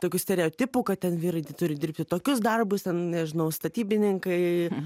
tokių stereotipų kad ten vyrai tai turi dirbti tokius darbus ten nežinau statybininkai